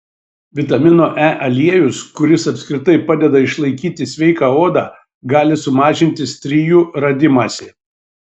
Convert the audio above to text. vitamino e aliejus kuris apskritai padeda išlaikyti sveiką odą gali sumažinti strijų radimąsi